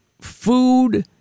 food